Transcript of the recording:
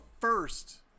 first